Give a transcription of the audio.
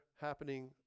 happening